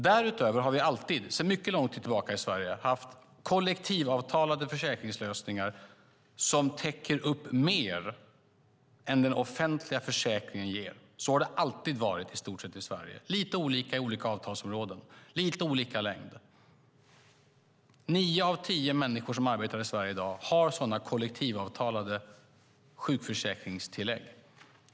Därutöver har vi i Sverige sedan mycket lång tid tillbaka haft kollektivavtalade försäkringslösningar som täcker mer än den offentliga försäkringen. Så har det i stort sett alltid varit i Sverige - lite olika i olika avtalsområden, med lite olika längder. Nio av tio människor som arbetar i Sverige i dag har sådana kollektivavtalade sjukförsäkringstillägg.